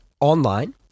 online